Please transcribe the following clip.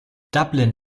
dublin